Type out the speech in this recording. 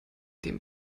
dem